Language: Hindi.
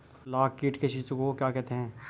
लाख कीट के शिशु को क्या कहते हैं?